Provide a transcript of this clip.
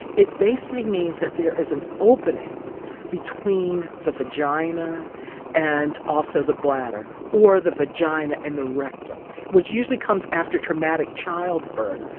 it basically means that there is an opening between the vagina and also the bladder or the vagina and the rectum, which usually comes after traumatic childbirth.